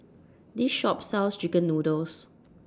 This Shop sells Chicken Noodles